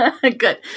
Good